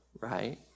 right